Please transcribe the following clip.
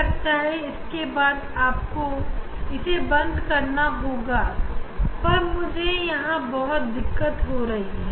ऐसा करने के लिए आपको इसे यहां से बंद करना होगा जो कि थोड़ा कठिन है